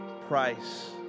price